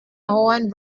hohen